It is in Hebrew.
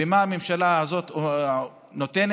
ומה הממשלה הזאת נותנת?